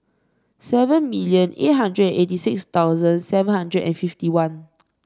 seven million eight hundred eighty six thousand seven hundred and fifty one